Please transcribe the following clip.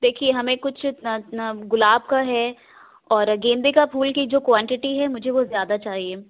دیکھیئے ہمیں کچھ گلاب کا ہے اور گیندے کا پھول کی جو کوانٹٹی ہے مجھے وہ زیادہ چاہیے